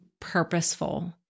purposeful